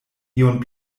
ion